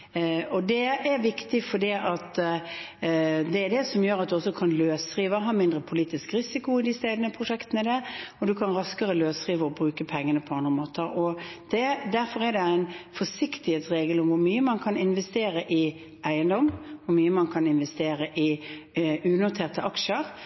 Det er viktig, fordi det er det som gjør at man også kan løsrive, ha mindre politisk risiko, i disse egne prosjektene, og man kan raskere løsrive og bruke pengene på andre måter. Derfor er det en forsiktighetsregel om hvor mye man kan investere i eiendom, hvor mye man kan investere